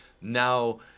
now